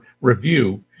Review